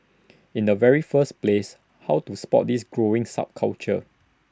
in the very first place how to spot this growing subculture